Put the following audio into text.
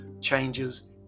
changes